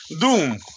Doom